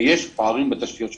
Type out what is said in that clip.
ויש פערים בתשתיות שלהם.